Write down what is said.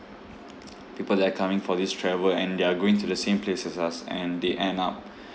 people that are coming for this travel and they are going to the same place as us and they end up